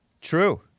True